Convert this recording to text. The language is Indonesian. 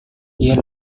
dia